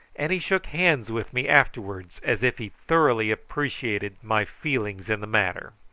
and he shook hands with me afterwards, as if he thoroughly appreciated my feelings in the matter.